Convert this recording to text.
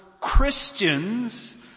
Christians